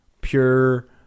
pure